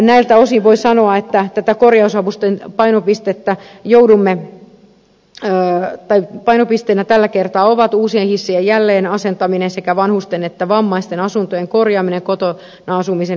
näiltä osin voi sanoa että korjausavustusten painopisteenä tällä kertaa ovat uusien hissien jälleenasentaminen sekä vanhusten että vammaisten asuntojen korjaaminen kotona asumisen edistämiseksi